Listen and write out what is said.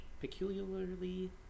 peculiarly